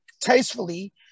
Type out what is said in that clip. tastefully